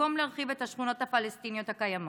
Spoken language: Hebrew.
במקום להרחיב את השכונות הפלסטיניות הקיימות?